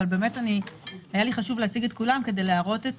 אבל היה לי חשוב להציג את כולם כד להראות את